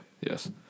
yes